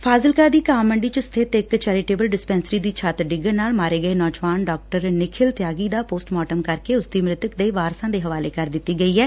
ਫਾਜ਼ਿਲਕਾ ਦੀ ਘਾਹ ਮੰਡੀ ਚ ਸਬਿਤ ਇਕ ਚੈਰੀਟੇਬਲ ਡਿਸਪੈਂਸਰੀ ਦੀ ਛੱਡ ਡਿੱਗਣ ਨਾਲ ਮਾਰੇ ਗਏ ਨੌਜਵਾਨ ਡਾਕਟਰ ਨਿਖਲ ਤਿਆਗੀ ਦਾ ਪੋਸਟ ਮਾਰਟਮ ਕਰਕੇ ਉਸਦੀ ਮ੍ਰਿਤਕ ਦੇਹ ਵਾਰਸਾਂ ਦੇ ਹਵਾਲੇ ਕਰ ਦਿੱਤੀ ਗਈ ਐ